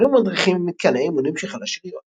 ומדריכים ממתקני האימונים של חיל השריון.